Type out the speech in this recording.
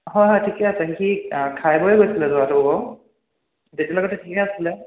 হয় হয় ঠিকে আছে সি খাই বৈ গৈছিলে যোৱাটো বাৰু তেতিয়ালৈকেতো ঠিকে আছিলে